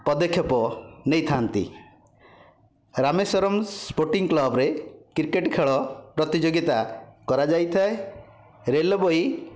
ପଦକ୍ଷେପ ନେଇଥାନ୍ତି ରାମେଶ୍ୱରମ୍ ସ୍ପୋର୍ଟିଂ କ୍ଳବରେ କ୍ରିକେଟ୍ ଖେଳ ପ୍ରତିଯୋଗିତା କରାଯାଇଥାଏ ରେଳବାଇ